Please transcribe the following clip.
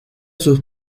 sus